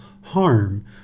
harm